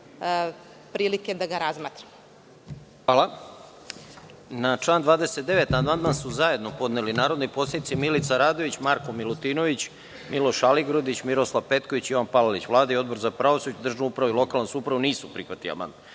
prilike da ga razmatramo. **Žarko Korać** Hvala. Na član 29. amandman su zajedno podneli narodni poslanici Milica Radović, Marko Milutinović, Miloš Aligrudić, Miroslav Petković i Jovan Palalić. Vlada i Odbor za pravosuđe, državnu upravu i lokalnu samoupravu nisu prihvatili